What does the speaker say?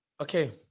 Okay